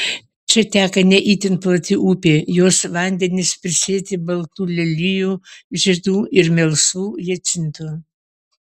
čia teka ne itin plati upė jos vandenys prisėti baltų lelijų žiedų ir melsvų hiacintų